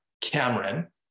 Cameron